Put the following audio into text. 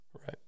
right